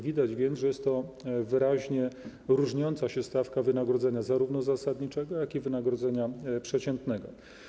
Widać więc, że jest to wyraźnie różniąca się stawka zarówno wynagrodzenia zasadniczego, jak i wynagrodzenia przeciętnego.